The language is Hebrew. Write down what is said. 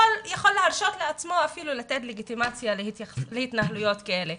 יכול להרשות לעצמו אפילו לתת לגיטימציה להתנהלויות כאלה,